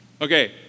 Okay